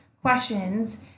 questions